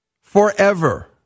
forever